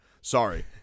Sorry